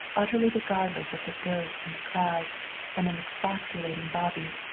utterly regardless of the dirt and the crowd and an expostulating bobby,